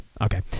Okay